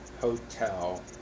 hotel